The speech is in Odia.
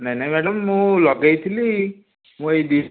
ନାହିଁ ନାହିଁ ମ୍ୟାଡ଼ାମ୍ ମୁଁ ଲଗାଇଥିଲି ମୁଁ ଏଇ